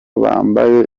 bambaye